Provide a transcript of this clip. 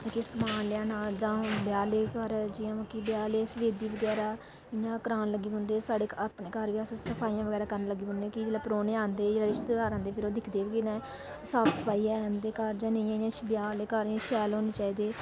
किश समान लेना जां ब्याह लेई ब्याह आहले घर सफेदी बगैरा इयां करान लगी पौंदे साढ़े अपने घर बी अस सफाइयां बगैरा करन लगी पौने कि जिसलै परौह्ने आंदे जिसलै रिश्तेदार औंदे ओह् दिखदे न साफ सफाई हे इंदे घर जां नी